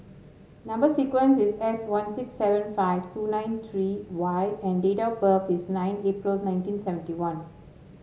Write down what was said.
number sequence is S one six seven five two nine three Y and date of birth is nine April nineteen seventy one